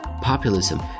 Populism